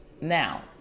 Now